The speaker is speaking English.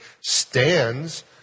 stands